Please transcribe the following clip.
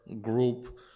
group